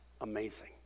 amazing